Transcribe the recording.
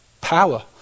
power